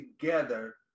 together